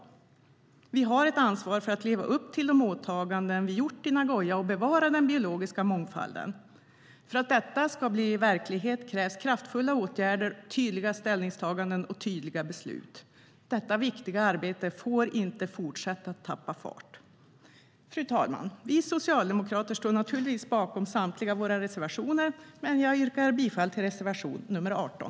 Vi har ett ansvar för att leva upp till de åtaganden vi har gjort i Nagoya och för att bevara den biologiska mångfalden. För att detta ska bli verklighet krävs kraftfulla åtgärder, tydliga ställningstaganden och tydliga beslut. Detta viktiga arbete får inte fortsätta att tappa fart. Fru talman! Vi socialdemokrater står naturligtvis bakom samtliga våra reservationer, men jag yrkar bifall endast till reservation nr 18.